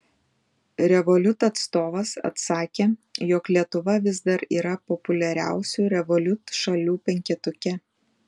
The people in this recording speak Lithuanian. revolut atstovas atsakė jog lietuva vis dar yra populiariausių revolut šalių penketuke